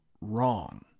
wrong